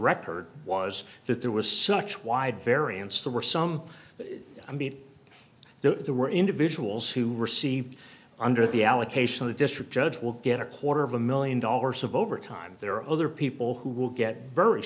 record was that there was such wide variance there were some that i made there were individuals who received under the allocation a district judge will get a quarter of a million dollars of overtime there are other people who will get very